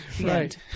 right